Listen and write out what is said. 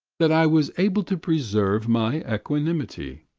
that i was able to preserve my equanimity.